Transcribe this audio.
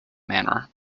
manner